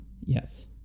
Yes